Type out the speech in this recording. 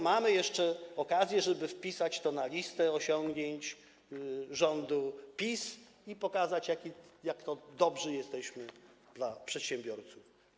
Mamy jeszcze okazję, żeby wpisać to na listę osiągnięć rządu PiS i pokazać, jak dobrzy jesteśmy dla przedsiębiorców.